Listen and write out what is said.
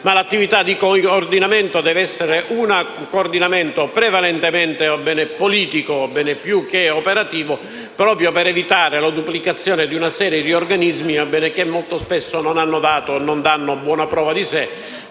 territorio. Il coordinamento deve essere prevalentemente politico più che operativo, proprio per evitare la duplicazione di una serie di organismi che molto spesso non hanno dato o non danno buona prova di sé.